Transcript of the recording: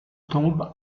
tombe